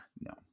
No